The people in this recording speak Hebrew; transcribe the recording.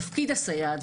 תפקיד הסייעת,